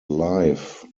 life